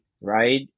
Right